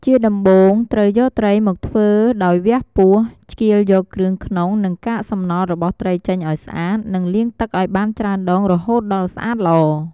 ជាដំបូង ត្រូវយកត្រីមកធ្វើដោយវះពោះ ឆ្កៀលយកគ្រឿងក្នុងនិងកាកសំណល់របស់ត្រីចេញឱ្យស្អាតនិងលាងទឹកអោយបានច្រើនដងរហូតដល់ស្អាតល្អ។